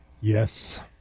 Yes